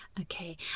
Okay